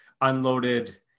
unloaded